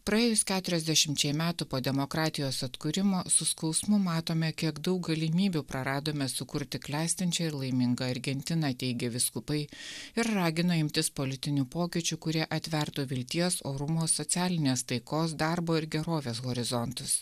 praėjus keturiasdešimčiai metų po demokratijos atkūrimo su skausmu matome kiek daug galimybių praradome sukurti klestinčią ir laimingą argentiną teigia vyskupai ir ragino imtis politinių pokyčių kurie atvertų vilties orumo socialinės taikos darbo ir gerovės horizontus